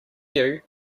queue